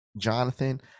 Jonathan